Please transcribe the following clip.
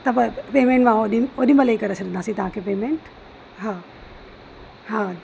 त मां पेमेंट मां ओॾी ओॾीमहिल ई करे छॾींदासीं तव्हां खे पेमेंट हा हा